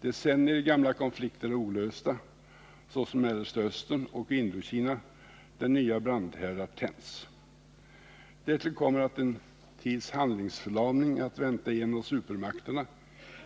Decennier gamla konflikter är olösta, såsom i Mellersta Östern och i Indokina, där nya brandhärdar kommit till. Därtill kommer att en tids handlingsförlamning är att vänta i en av supermakterna